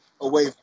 away